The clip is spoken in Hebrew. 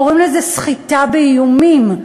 קוראים לזה סחיטה באיומים.